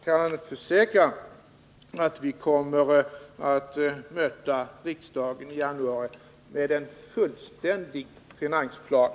Jag kan försäkra att vi kommer att möta riksdagen i januari med en fullständig finansplan.